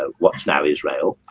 ah what's now israel?